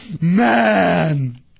man